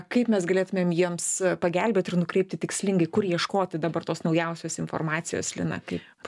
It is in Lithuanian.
kaip mes galėtumėm jiems pagelbėt ir nukreipti tikslingai kur ieškoti dabar tos naujausios informacijos lina kaip